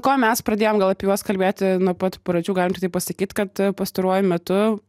ko mes pradėjom gal apie juos kalbėti nuo pat pradžių galim tik tai pasakyt kad pastaruoju metu